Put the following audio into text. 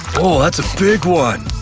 that's a big one.